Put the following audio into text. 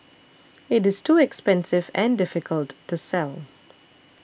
it is too expensive and difficult to sell